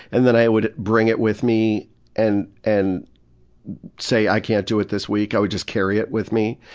and then i would bring it with me and and say, i can't do it this week, i would just carry it with me.